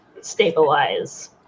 stabilize